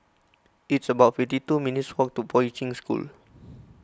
it's about fifty two minutes' walk to Poi Ching School